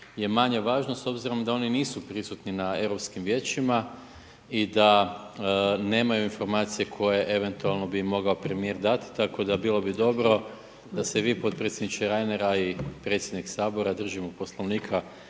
je manje važno, s obzirom da oni nisu prisutni na europskim vijećima i da nemaju informacije koje eventualno bi mogao premjer dati, tako da, bilo bi dobro da se vi potpredsjedniče Reiner i predsjedniče Sabora držimo poslovnika